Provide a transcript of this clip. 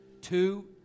Two